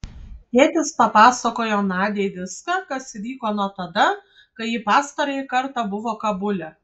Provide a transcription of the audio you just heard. tėtis papasakojo nadiai viską kas įvyko nuo tada kai ji pastarąjį kartą buvo kabule